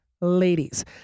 ladies